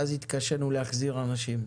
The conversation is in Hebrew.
ואז התקשינו להחזיר אנשים.